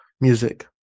music